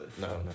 no